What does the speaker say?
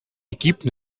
équipes